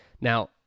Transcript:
Now